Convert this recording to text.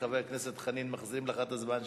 חבר הכנסת חנין, מחזירים לך את הזמן שלך.